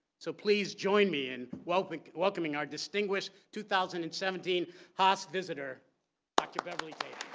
so please join me in welcoming welcoming our distinguished two thousand and seventeen haas visitor dr. beverly